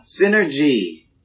synergy